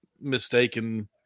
mistaken